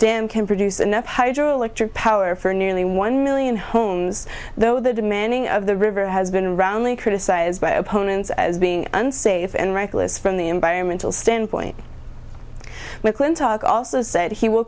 dam can produce enough hydroelectric power for nearly one million homes though the demanding of the river has been roundly criticized by opponents as being unsafe and reckless from the environmental standpoint mcclintock also said he will